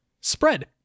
spread